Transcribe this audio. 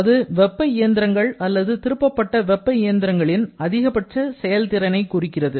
அது வெப்ப இயந்திரங்கள் அல்லது திருப்பப்பட்ட வெப்ப இயந்திரங்களின் அதிகபட்ச செயல்திறனை குறிக்கிறது